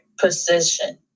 position